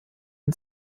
und